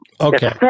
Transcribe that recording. Okay